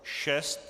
6.